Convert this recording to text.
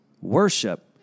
Worship